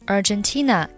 Argentina